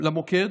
למוקד,